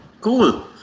cool